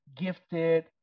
gifted